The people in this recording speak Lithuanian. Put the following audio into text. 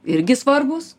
irgi svarbūs